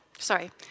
Sorry